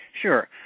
Sure